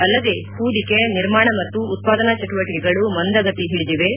ಅಲ್ಲದೆ ಹೂಡಿಕೆ ನಿರ್ಮಾಣ ಮತ್ತು ಉತ್ಪಾದನಾ ಚಟುವಟಿಕೆಗಳು ಮಂದಗತಿ ಒಡಿದಿವೆ